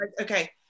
Okay